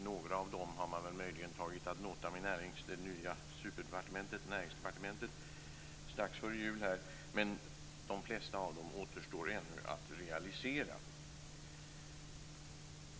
Några av dem har man möjligen tagit ad notam i det nya superdepartementet, Näringsdepartementet, strax före jul. Men de flesta av dem återstår ännu att realisera.